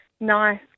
Nice